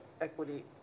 equity